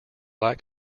black